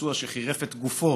שפצוע שחירף את גופו